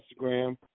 Instagram